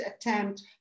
attempt